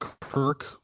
Kirk